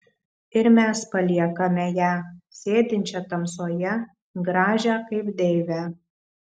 ir mes paliekame ją sėdinčią tamsoje gražią kaip deivę